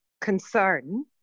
concern